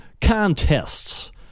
contests